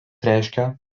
reiškia